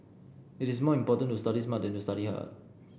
it is more important to study smart than to study hard